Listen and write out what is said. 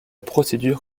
procédure